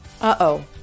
Uh-oh